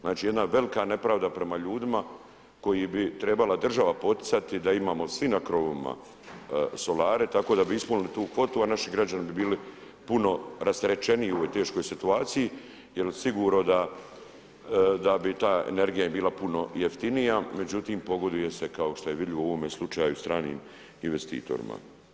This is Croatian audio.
Znači jedna velika nepravda prema ljudima koje bi trebala država poticati da imamo svi na krovovima solare tako da bi ispunili tu kvotu a naši građani bi bili puno rasterećeniji u ovoj teškoj situaciji jer sigurno da bi ta energija im bila puno jeftinija međutim pogoduje kao što je vidljivo u ovom slučaju stranim investitorima.